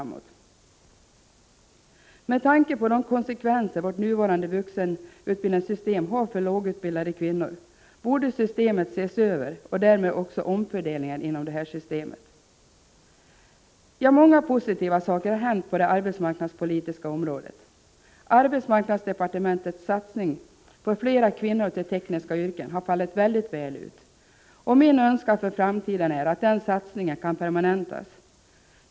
Med tanke på de konsekvenser vårt nuvarande vuxenutbildningssystem har för lågutbildade kvinnor, borde systemet ses över och därmed också omfördelningen inom detta system. Många positiva saker har hänt på det arbetsmarknadspolitiska området. Arbetsmarknadsdepartementets satsning på flera kvinnor till tekniska yrken har fallit väldigt väl ut. Min önskan för framtiden är att den satsningen kan permanentas.